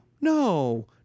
No